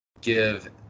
give